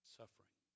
suffering